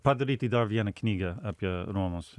padaryti dar vieną knygą apie romus